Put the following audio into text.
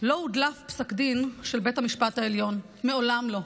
לא הודלף פסק דין של בית המשפט העליון, מעולם לא.